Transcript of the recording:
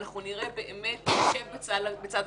ואנחנו נראה עקב בצד אגודל.